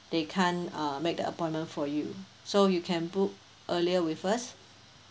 they can't uh make the appointment for you so you can book earlier with us